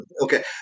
Okay